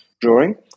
drawing